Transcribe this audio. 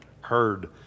heard